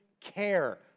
care